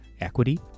equity